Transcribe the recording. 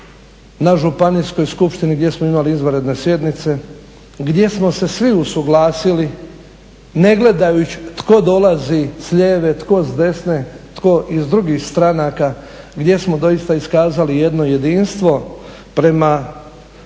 na Županijskoj skupštini gdje smo imali izvanredne sjednice gdje smo se svi usuglasili ne gledajući tko dolazi s lijeve, tko s desne, tko iz drugih stranaka gdje smo doista iskazali jedno jedinstvo prema